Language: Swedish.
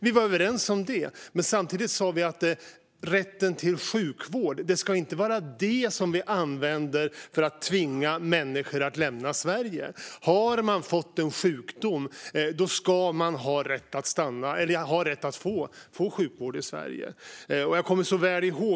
Vi var överens om detta, men samtidigt sa vi att rätten till sjukvård inte ska vara något som vi använder för att tvinga människor att lämna Sverige. Har man fått en sjukdom ska man ha rätt att få sjukvård i Sverige.